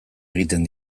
egiten